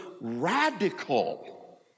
radical